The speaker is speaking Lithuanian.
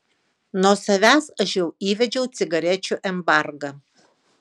nuo savęs aš jau įvedžiau cigarečių embargą